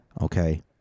okay